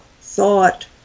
thought